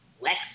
Lex